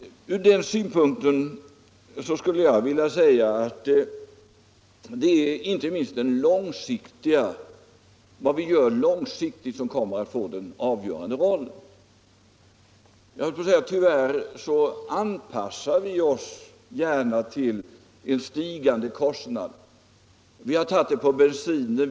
Ur den synpunkten blir det vad vi gör långsiktigt som kommer att spela den avgörande rollen. Jag skulle vilja säga att tyvärr anpassar vi oss gärna till en stigande kostnad. Vi har gjort det när det gäller bensinen.